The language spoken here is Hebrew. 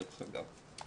דרך אגב.